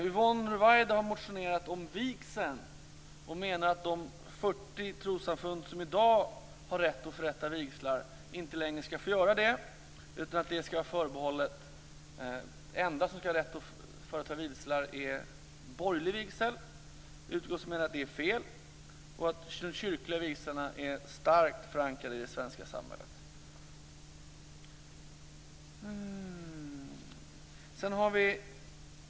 Yvonne Ruwaida har motionerat om vigseln och menar att de 40 trossamfund som i dag har rätt att förrätta kyrkliga vigslar inte längre skall få göra det, utan att de endast skall få förrätta borgerliga vigslar. Utskottet menar att detta är fel och att de kyrkliga vigslarna är starkt förankrade i det svenska samhället.